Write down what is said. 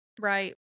right